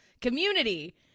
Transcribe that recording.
community